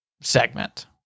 segment